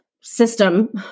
system